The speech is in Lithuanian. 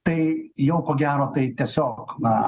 tai jau ko gero tai tiesiog na